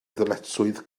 ddyletswydd